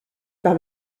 par